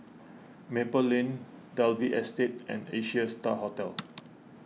Maple Lane Dalvey Estate and Asia Star Hotel